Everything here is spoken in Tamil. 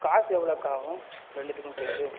காசு எவ்வளோக்கா ஆகும் ரெண்டுத்துக்கும் சேர்த்து